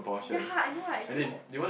ya I know right you know